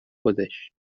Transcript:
خودش